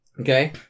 Okay